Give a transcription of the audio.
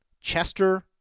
Chester